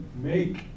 make